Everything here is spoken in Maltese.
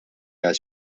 għal